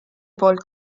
poolt